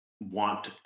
want